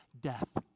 death